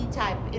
type